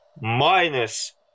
minus